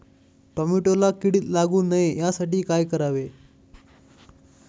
टोमॅटोला कीड लागू नये यासाठी काय करावे?